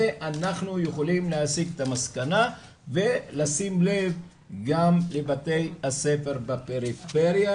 אנחנו יכולים להסיק את המסקנה ולשים לב גם לבתי הספר בפריפריה,